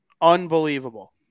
Unbelievable